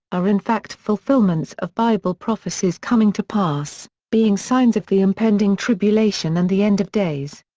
are in fact fulfillments of bible prophecies coming to pass, being signs of the impending tribulation and the end of days.